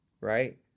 Right